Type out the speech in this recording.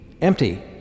empty